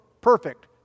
Perfect